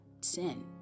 sin